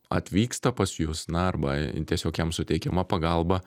atvyksta pas jus na arba tiesiog jam suteikiama pagalba